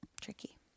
Tricky